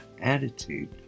attitude